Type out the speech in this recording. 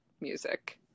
music